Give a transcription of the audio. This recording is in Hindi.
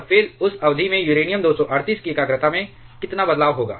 और फिर उस अवधि में यूरेनियम 238 की एकाग्रता में कितना बदलाव होगा